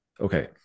Okay